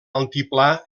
altiplà